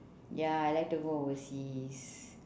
ya I like to go overseas